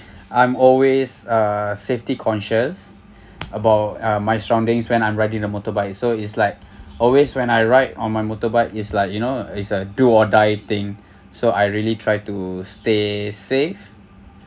I'm always uh safety conscious about uh my surroundings when I'm riding the motorbike so is like always when I ride on my motorbike is like you know it's a do or die thing so I really try to stay safe